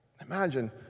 Imagine